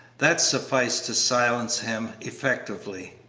that sufficed to silence him effectually,